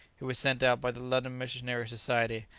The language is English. he was sent out by the london missionary society,